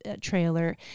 trailer